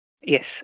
Yes